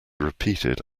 repeated